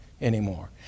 anymore